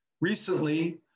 Recently